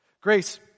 Grace